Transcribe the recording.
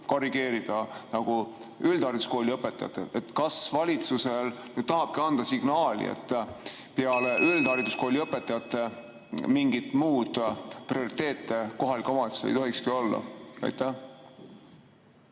korrigeerida nagu üldhariduskooli õpetajatel. Kas valitsus tahabki anda signaali, et peale üldhariduskooli õpetajate palga mingit muud prioriteeti kohalikul omavalitsusel ei tohikski olla? Ei